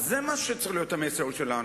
אז זה מה שצריך להיות המסר שלנו.